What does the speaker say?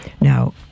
Now